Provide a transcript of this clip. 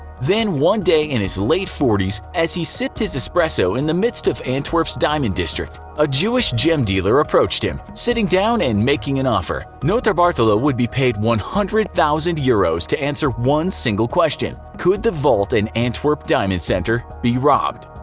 then, one day in his late forties as he sipped his espresso in the midst of antwerp's diamond district, a jewish gem dealer approached him, sitting down and making an offer notarbartolo would be paid one hundred thousand euros to answer one single question could the vault in the antwerp diamond center be robbed?